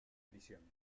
prisión